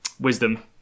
Wisdom